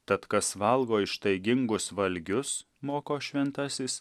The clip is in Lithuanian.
tad kas valgo ištaigingus valgius moko šventasis